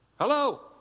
Hello